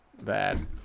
bad